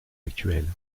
actuelle